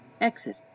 Exit